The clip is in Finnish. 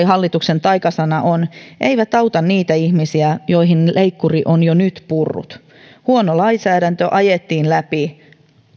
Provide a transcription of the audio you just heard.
hallituksen taikasanoista eivät auta niitä ihmisiä joihin leikkuri on jo nyt purrut huono lainsäädäntö ajettiin läpi